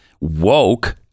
woke